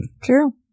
True